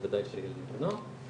בוודאי של ילדים ונוער.